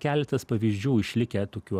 keletas pavyzdžių išlikę tokių